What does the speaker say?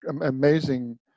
amazing